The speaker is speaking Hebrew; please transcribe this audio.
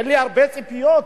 אין לי הרבה ציפיות,